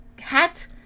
hat